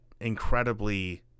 incredibly